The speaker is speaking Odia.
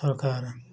ସରକାର